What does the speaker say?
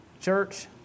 Church